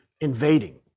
invading